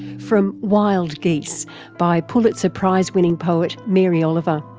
from wild geese by pulitzer prize-winning poet mary oliver.